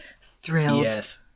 Thrilled